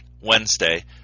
Wednesday